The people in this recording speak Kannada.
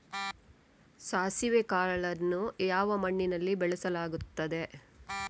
ಸಾಸಿವೆ ಕಾಳನ್ನು ಯಾವ ಮಣ್ಣಿನಲ್ಲಿ ಬೆಳೆಸಲಾಗುತ್ತದೆ?